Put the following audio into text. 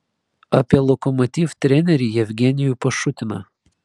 apie lokomotiv trenerį jevgenijų pašutiną